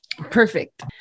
Perfect